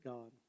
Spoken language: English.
God